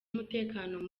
umutekano